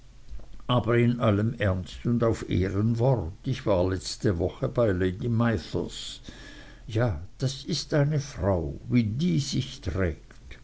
aber in allem ernst und auf ehrenwort ich war letzte woche bei lady mithers ja das ist eine frau wie die sich trägt